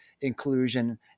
inclusion